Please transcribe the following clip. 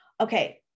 okay